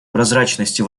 прозрачности